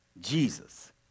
Jesus